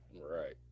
right